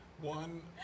One